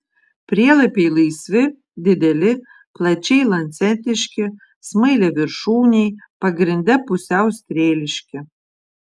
prielapiai laisvi dideli plačiai lancetiški smailiaviršūniai pagrinde pusiau strėliški